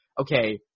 okay